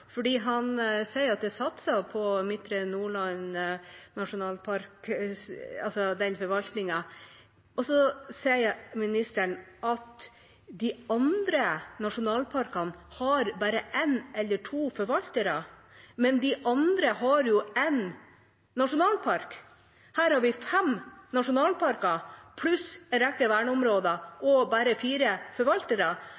Han sier at det er satset på forvaltningen i Midtre Nordland. Så sier han at de andre nasjonalparkene bare har én eller to forvaltere. Men de andre har jo én nasjonalpark. Her har vi fem nasjonalparker pluss en rekke verneområder